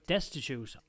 Destitute